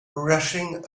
rushing